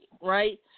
right